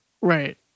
Right